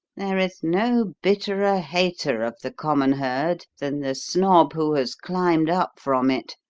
there is no bitterer hater of the common herd than the snob who has climbed up from it!